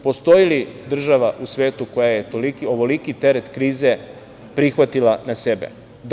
Postoji li država u svetu koja je ovoliki teret krize prihvatila na sebe?